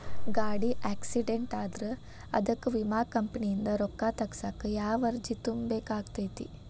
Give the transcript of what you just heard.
ಗಾಡಿ ಆಕ್ಸಿಡೆಂಟ್ ಆದ್ರ ಅದಕ ವಿಮಾ ಕಂಪನಿಯಿಂದ್ ರೊಕ್ಕಾ ತಗಸಾಕ್ ಯಾವ ಅರ್ಜಿ ತುಂಬೇಕ ಆಗತೈತಿ?